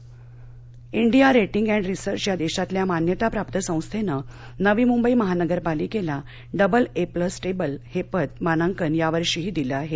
नवी Mumbai India rating and research या देशातल्या मान्यताप्राप्त संस्थेनं नवी मुंबई महानगरपालिकेला डबल ए प्लस स्टेबल हे पत मानांकन यावर्षीही दिलं आहे